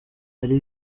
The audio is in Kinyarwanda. ari